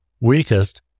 weakest